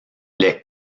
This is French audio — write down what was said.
les